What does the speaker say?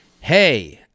Hey